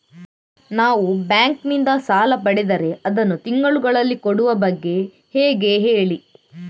ನಾವು ಬ್ಯಾಂಕ್ ನಿಂದ ಸಾಲ ಪಡೆದರೆ ಅದನ್ನು ತಿಂಗಳುಗಳಲ್ಲಿ ಕೊಡುವ ಬಗ್ಗೆ ಹೇಗೆ ಹೇಳಿ